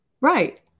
Right